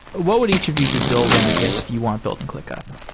what would each of you be building if you aren't building clickup?